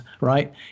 right